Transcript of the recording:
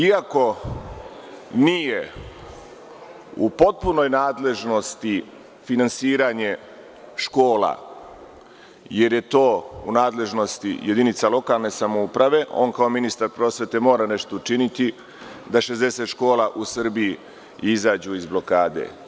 Iako nije u potpunoj nadležnosti finansiranje škola, jer je to u nadležnosti jedinica lokalne samouprave, on kao ministar prosvete mora nešto učiniti da 60 škola u Srbiji izađu iz blokade.